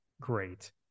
great